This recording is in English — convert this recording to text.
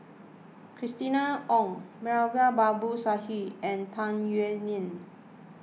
Christina Ong Moulavi Babu Sahib and Tung Yue Nang